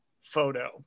photo